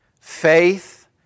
Faith